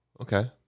Okay